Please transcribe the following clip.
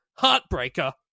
heartbreaker